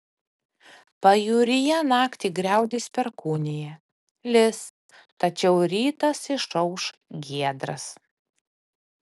pajūryje naktį griaudės perkūnija lis tačiau rytas išauš giedras